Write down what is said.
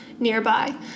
nearby